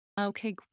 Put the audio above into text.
Okay